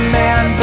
man